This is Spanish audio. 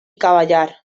caballar